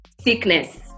sickness